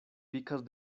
picas